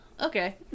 Okay